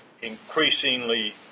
increasingly –